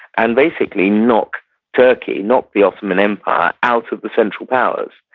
and basically knock turkey, knock the ottoman empire out of the central powers,